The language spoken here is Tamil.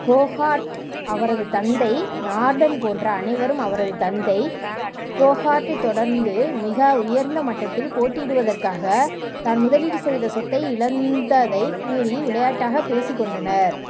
ஃபோகார்ட் அவரது தந்தை நார்டன் போன்ற அனைவரும் அவரது தந்தை ஃபோகார்ட் தொடர்ந்து மிக உயர்ந்த மட்டத்தில் போட்டியிடுவதற்காக தன் முதலீடு செய்த சொத்தை இழந்ததைக் கூறி விளையாட்டாக பேசிக்கொண்டனர்